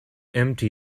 empty